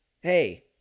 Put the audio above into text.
Hey